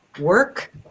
work